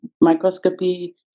microscopy